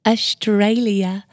Australia